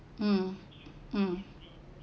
mm mm